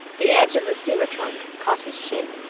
the edge of the steamer-trunk caught his shin.